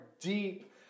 deep